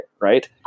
right